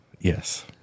Yes